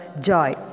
joy